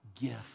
gift